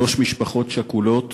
שלוש משפחות שכולות